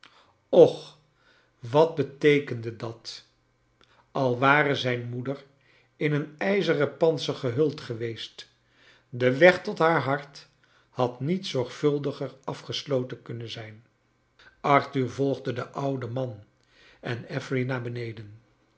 och wat beteekende datl al ware zijn moeder in een ijzeren pantser gehuld geweest de weg tot haar hart had niet zorgvuldiger afgesloten kunnen zijn i arthur volgde den ouden man en affery naar beneden